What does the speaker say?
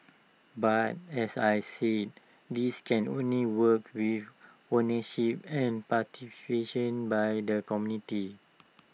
but as I said this can only work with ownership and by their community